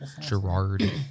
Gerard